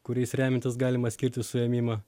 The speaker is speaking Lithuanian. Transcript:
kuriais remiantis galima skirti suėmimą